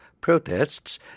protests